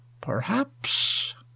Perhaps—